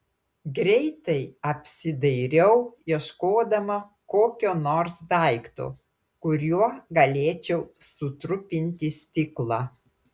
greitai apsidairiau ieškodama kokio nors daikto kuriuo galėčiau sutrupinti stiklą